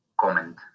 comment